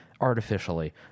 artificially